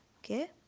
okay